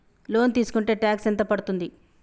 Loan తీస్కుంటే tax ఎంత పడ్తుంది?